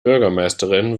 bürgermeisterin